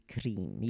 cream